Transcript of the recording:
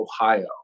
Ohio